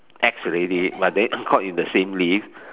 ex already but then caught in the same lift